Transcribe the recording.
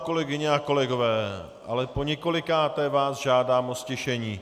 Kolegyně a kolegové, ale poněkolikáté vás žádám o ztišení.